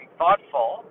thoughtful